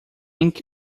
ink